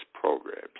programs